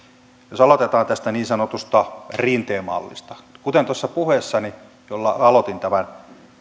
jos aloitetaan tästä niin sanotusta rinteen mallista kuten sanoin tuossa puheessani jolla aloitin